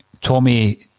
Tommy